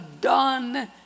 done